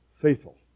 faithful